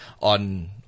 on